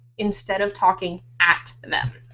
instead of talking at them.